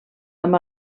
amb